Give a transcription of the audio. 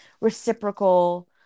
reciprocal